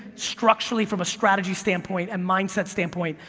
structurally from a strategy standpoint and mindset standpoint,